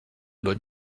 bonne